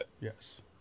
Yes